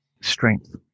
strength